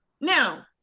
Now